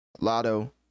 Lotto